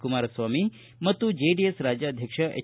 ಕುಮಾರಸ್ವಾಮಿ ಮತ್ತು ಜೆಡಿಎಸ್ ರಾಜ್ಯಾಧ್ಯಕ್ಷ ಎಚ್